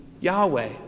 Yahweh